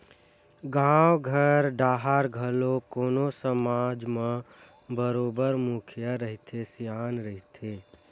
गाँव घर डाहर घलो कोनो समाज म बरोबर मुखिया रहिथे, सियान रहिथे